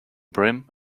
brim